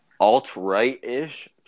Alt-right-ish